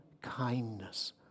kindness